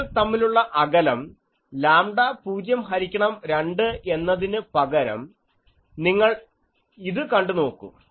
അംഗങ്ങൾ തമ്മിലുള്ള അകലം ലാംഡ 0 ഹരിക്കണം 2 എന്നതിനു പകരം നിങ്ങൾ ഇത് കണ്ടു നോക്കൂ